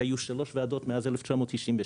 היו שלוש וועדות מאז 1996,